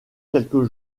quelques